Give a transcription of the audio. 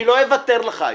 אני לא אוותר לך היום.